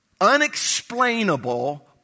unexplainable